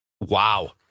Wow